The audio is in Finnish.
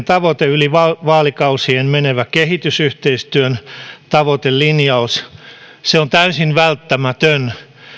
tavoite yli vaalikausien menevä kehitysyhteistyön tavoitelinjaus on täysin välttämätön